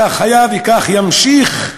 כך היה וכך ימשיך,